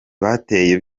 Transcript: bateye